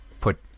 put